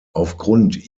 aufgrund